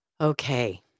Okay